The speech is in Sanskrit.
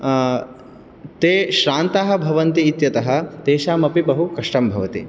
ते श्रान्ताः भवन्ति इत्यतः तेषामपि बहुकष्टं भवति